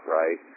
right